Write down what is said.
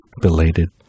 Belated